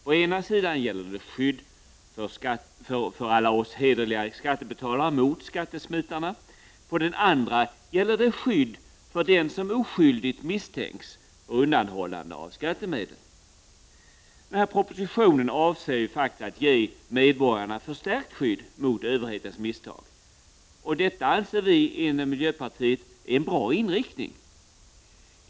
På ena sidan gäller det skydd för alla oss hederliga skattebetalare mot skattesmitarna, på den andra gäller det skydd för den som oskyldigt misstänks för undanhållande av skattemedel. Propositionen avser att ge medborgarna förstärkt skydd mot överhetens misstag, och detta anser vi inom miljöpartiet är en bra inriktning.